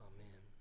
Amen